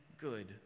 good